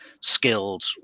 skilled